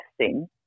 testing